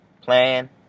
plan